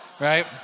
Right